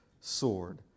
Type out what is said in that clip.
sword